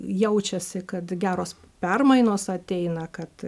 jaučiasi kad geros permainos ateina kad